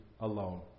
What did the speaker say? alone